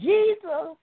Jesus